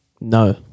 No